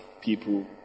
people